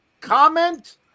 comment